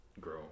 grow